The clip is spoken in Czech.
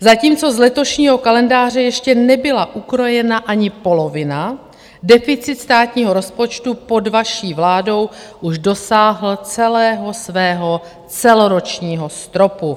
Zatímco z letošního kalendáře ještě nebyla ukrojena ani polovina, deficit státního rozpočtu pod vaší vládou už dosáhl celého svého celoročního stropu.